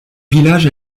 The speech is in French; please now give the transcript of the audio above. village